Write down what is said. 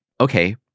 okay